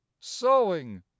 sewing